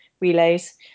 relays